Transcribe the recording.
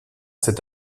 cet